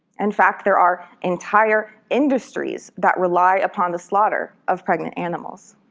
and fact there are entire industries that rely upon the slaughter of pregnant animals.